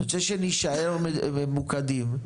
אני רוצה שנשאר ממוקדים.